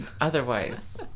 otherwise